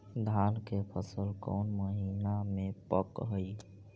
धान के फसल कौन महिना मे पक हैं?